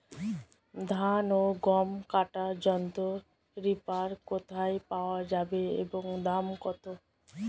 ধান ও গম কাটার যন্ত্র রিপার কোথায় পাওয়া যাবে এবং দাম কত?